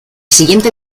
siguiente